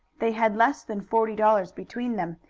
they had less than forty dollars between them,